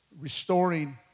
Restoring